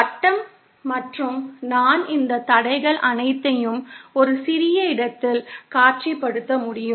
வட்டம் மற்றும் நான் இந்த தடைகள் அனைத்தையும் ஒரு சிறிய இடத்தில் காட்சிப்படுத்த முடியும்